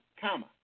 comma